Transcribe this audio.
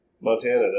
Montana